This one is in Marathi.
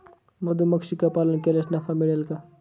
मधुमक्षिका पालन केल्यास नफा मिळेल का?